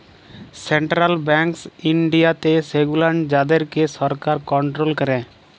central banks ইনডিয়াতে সেগুলান যাদেরকে সরকার কনটোরোল ক্যারে